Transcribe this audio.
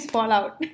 Fallout